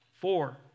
Four